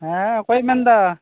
ᱦᱮᱸ ᱚᱠᱚᱭᱮᱢ ᱢᱮᱱᱫᱟ